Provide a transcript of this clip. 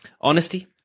Honesty